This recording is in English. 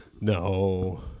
No